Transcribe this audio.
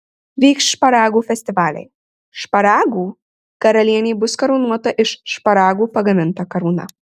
vyks šparagų festivaliai šparagų karalienė bus karūnuota iš šparagų pagaminta karūna